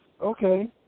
Okay